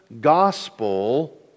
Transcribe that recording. gospel